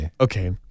Okay